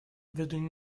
vedono